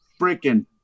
freaking